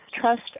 trust